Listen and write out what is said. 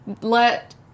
let